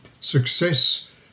success